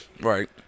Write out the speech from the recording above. Right